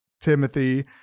Timothy